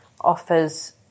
offers